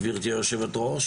גברתי היושבת-ראש,